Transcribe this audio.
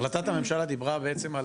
החלטת הממשלה דיברה בעצם,